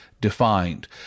defined